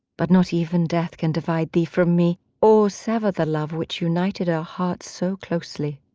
but not even death can divide thee from me, or sever the love which united our hearts so closely.